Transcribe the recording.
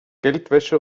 geldwäsche